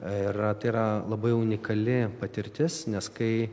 ir tai yra labai unikali patirtis nes kai